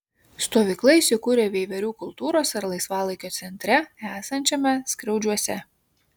stovykla įsikūrė veiverių kultūros ir laisvalaikio centre esančiame skriaudžiuose